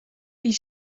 ils